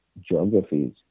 geographies